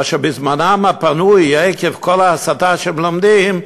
אשר בזמנם הפנוי, עקב כל ההסתה שמלמדים,